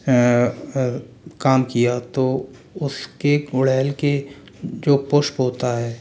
काम किया तो उसके गुड़हल के जो पुष्प होता है